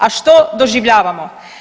A što doživljavamo?